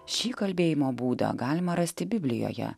šį kalbėjimo būdą galima rasti biblijoje